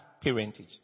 parentage